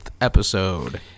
episode